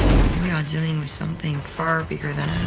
we are dealing with something far bigger than